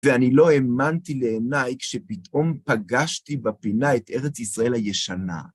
ואני לא האמנתי לעיניי כשפתאום פגשתי בפינה את ארץ ישראל הישנה.